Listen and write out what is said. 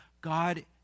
God